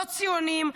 לא ציוניים,